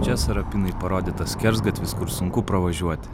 čia sarapinai parodytas skersgatvis kur sunku pravažiuoti